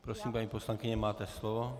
Prosím, paní poslankyně, máte slovo.